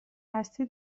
هستی